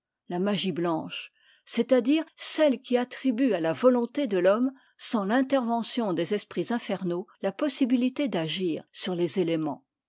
la magie blanche c'est-à-dire celle qui attribue à la volonté de l'homme sans l'intervention des esprits infernaux la possibilité d'agir sur les éléments